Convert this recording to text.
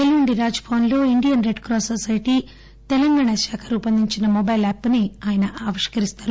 ఎల్లుండి రాజ్ భవన్ లో Indian Red Cross Society Telangana శాఖ రూపొందించిన మొబైల్ యాప్ ని రాష్టపతి ఆవిష్కరిస్తారు